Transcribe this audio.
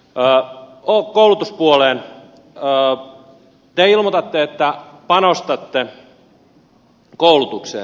te ilmoitatte että panostatte koulutukseen